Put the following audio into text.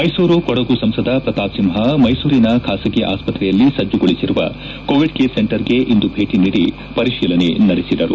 ಮೈಸೂರು ಕೊಡಗು ಸಂಸದ ಪ್ರತಾಪ್ ಸಿಂಹ ಮೈಸೂರಿನ ಖಾಸಗಿ ಆಸ್ವತ್ರೆಯಲ್ಲಿ ಸಜ್ಜುಗೊಳಿಸಿರುವ ಕೋವಿಡ್ ಕೇರ್ ಸೆಂಟರ್ಗೆ ಇಂದು ಭೇಟಿ ನೀಡಿ ಪರಿಶೀಲನೆ ನಡೆಸಿದರು